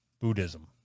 Buddhism